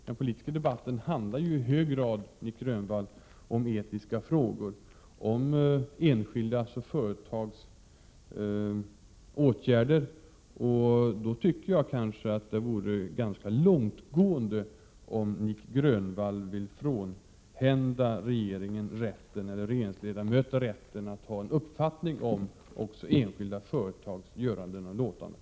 Den politiska debatten handlar ju i hög grad, Nic Grönvall, om etiska frågor och om enskildas och företags åtgärder. Jag tycker att det vore ganska långtgående om Nic Grönvall ville frånhända regeringen eller regeringens ledamöter rätten att ha en uppfattning om enskilda företags göranden och låtanden.